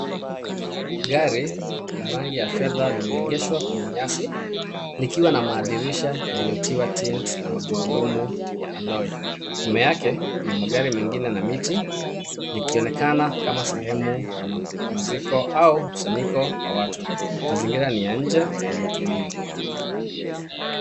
Gari ,la rangi ya fedha limeegeshwa kwenye nyasi, likiwa na madirisha yaliyotiwa tint na mangurudumu ya alloy. Nyuma yake, kuna magari mengine na miti ,likionekana kama sehemu ya mapumziko au mkusanyiko wa watu. Mazingira ni ya nje na yenye utulivu.